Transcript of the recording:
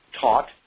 taught